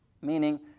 Meaning